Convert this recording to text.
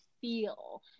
feel